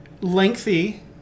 lengthy